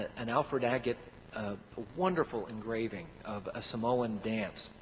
an alfred agate wonderful engraving of a samoan dance.